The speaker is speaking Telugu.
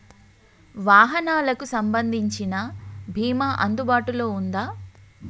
వాహనాలకు సంబంధించిన బీమా అందుబాటులో ఉందా?